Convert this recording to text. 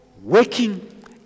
working